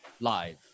live